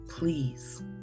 please